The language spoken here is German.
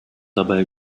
dabei